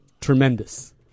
tremendous